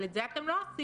אבל את זה אתם לא עושים.